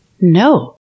No